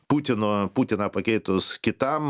putino putiną pakeitus kitam